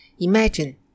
Imagine